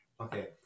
Okay